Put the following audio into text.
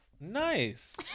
Nice